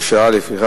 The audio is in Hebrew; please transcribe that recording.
3. לפיכך,